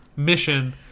mission